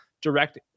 direct